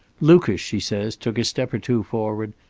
lucas, she says, took a step or two forward,